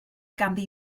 ganddi